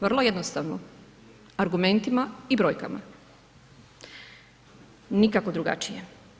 Vrlo jednostavno, argumentima i brojkama nikako drugačije.